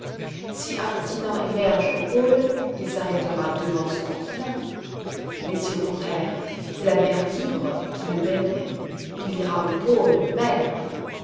si un continent émerge au pôle il s'arrêtera devant ce continent mais si au contraire c'est la mer libre qui le baigne il ira au pôle même